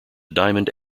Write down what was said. diamond